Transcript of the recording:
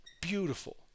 Beautiful